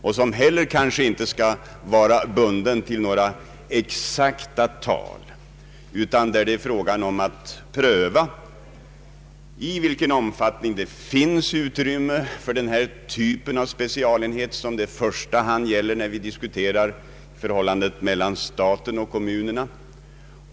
Man bör sålunda inte binda sig till några exakta tal utan pröva i vilken omfattning det finns utrymme för den typ av specialenhet som det i första hand gäller när vi diskuterar förhållandet mellan staten och kommunerna.